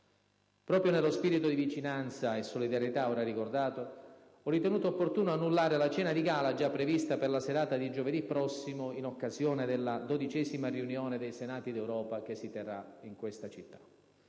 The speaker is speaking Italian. Proprio nello spirito di vicinanza e solidarietà ora ricordato, ho ritenuto opportuno annullare la cena di gala già prevista per la serata di giovedì prossimo in occasione della XII riunione dei Senati d'Europa, che si terrà in questa città.